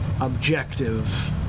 objective